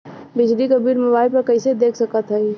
बिजली क bill mobile पर कईसे देख सकत हई?